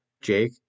Jake